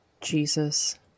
jesus